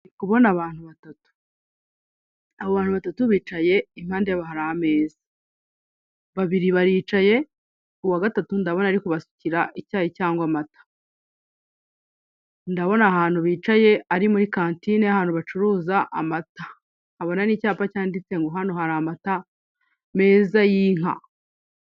Ndi kubona abantu batatu abo bantu batatu bicaye impande yabo hari ameza babiri baricaye uwa gatatu ndabona ari kubasukira icyayi cyangwa amata ndabona ahantu bicaye ari muri kantine y'ahantu bacuruza amata nkabona n'icyapa cyanditse ngo hano hari amata meza y'inka.